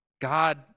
God